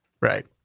Right